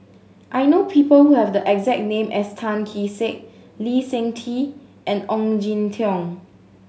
I know people who have the exact name as Tan Kee Sek Lee Seng Tee and Ong Jin Teong